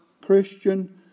Christian